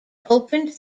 opened